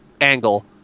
angle